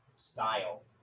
style